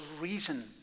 reason